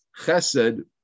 chesed